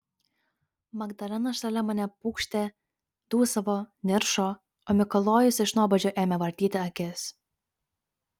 magdalena šalia mane pūkštė dūsavo niršo o mikalojus iš nuobodžio ėmė vartyti akis